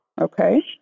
Okay